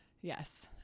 yes